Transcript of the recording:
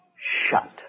shut